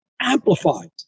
amplified